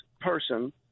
person